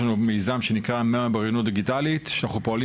יש לנו מיזם שנקרא מאה באוריינות דיגיטלית שאנחנו פועלים